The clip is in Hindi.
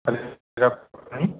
कलोनी